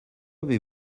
avez